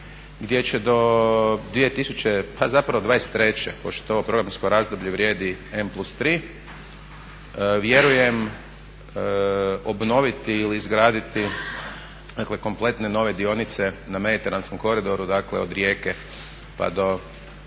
treće, pošto ovo programsko razdoblje vrijedi N+3 vjerujem obnoviti ili izgraditi, dakle kompletne nove dionice na mediteranskom koridoru. Dakle, od Rijeke pa do